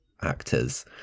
actors